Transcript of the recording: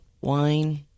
wine